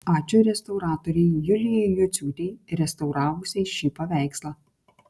ačiū restauratorei julijai jociūtei restauravusiai šį paveikslą